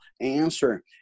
answer